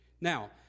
Now